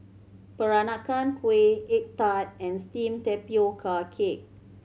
Peranakan Kueh egg tart and steamed tapioca cake